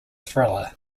thriller